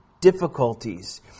difficulties